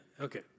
Okay